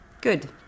Good